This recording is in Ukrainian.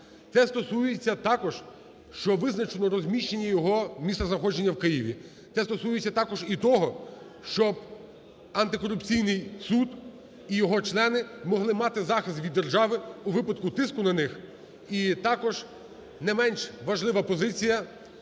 Це стосується також, що визначено розміщення його місцезнаходження в Києві. Це стосується також і того, щоб антикорупційний суд і його члени могли мати захист від держави у випадку тиску на них. І також, не менш важлива позиція,